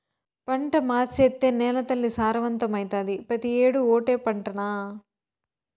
పంట మార్సేత్తే నేలతల్లి సారవంతమైతాది, పెతీ ఏడూ ఓటే పంటనా